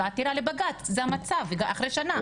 זה המצב אחרי שנה.